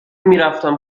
میرفتم